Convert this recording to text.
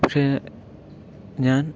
പക്ഷെ ഞാൻ